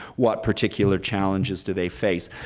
what particular challenges do they face?